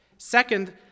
Second